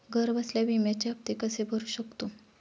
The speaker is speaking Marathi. घरबसल्या विम्याचे हफ्ते कसे भरू शकतो?